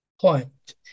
point